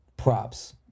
props